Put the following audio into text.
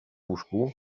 łóżku